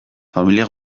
familia